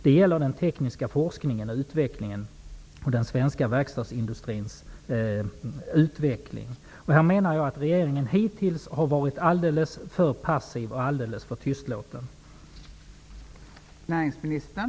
Det gäller också den tekniska forskningen och utvecklingen och den svenska verkstadsindustrins utveckling. Här har regeringen hittills varit alldeles för passiv och tystlåten.